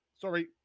Sorry